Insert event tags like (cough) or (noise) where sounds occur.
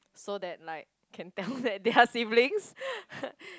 so that like can tell that they are siblings (laughs)